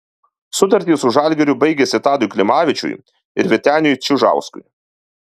sutartys su žalgiriu baigėsi tadui klimavičiui ir vyteniui čižauskui